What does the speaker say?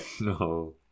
no